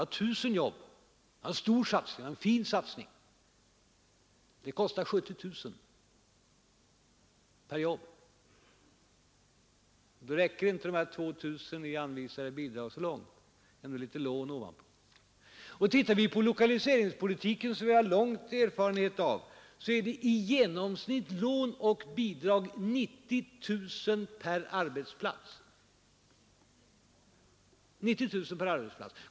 Den betydde 1 000 jobb — en stor och fin satsning — men den kostade 70 000 per jobb. Då räcker inte de här 2 000 i anvisade bidrag så långt, och ändå är det litet lån ovanpå. Tittar vi på lokaliseringspolitiken, som vi har lång erfarenhet av, ser vi att det i lån och bidrag går åt i genomsnitt 90 000 kronor per arbetspiats.